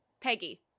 Peggy